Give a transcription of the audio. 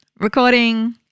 recording